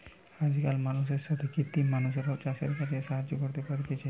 আজকাল মানুষের সাথে কৃত্রিম মানুষরাও চাষের কাজে সাহায্য করতে পারতিছে